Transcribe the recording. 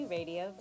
Radio